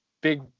big